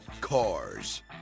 Cars